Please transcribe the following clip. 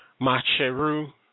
Macheru